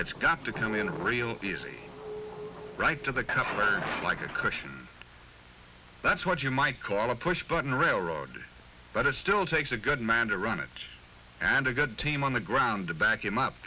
it's got to come in real easy right to the cup like a cushion that's what you might call a push button railroad but it still takes a good man to run it and a good team on the ground to back him up